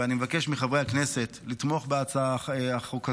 ואני מבקש מחברי הכנסת לתמוך בהצעת החוק הזו,